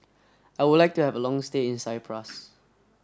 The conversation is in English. I would like to have a long stay in Cyprus